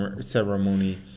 ceremony